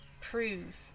prove